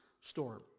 storm